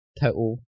total